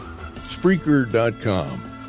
Spreaker.com